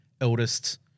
eldest